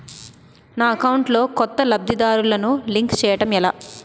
నా అకౌంట్ లో కొత్త లబ్ధిదారులను లింక్ చేయటం ఎలా?